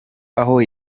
aho